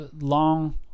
long